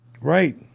Right